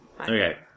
Okay